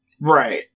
Right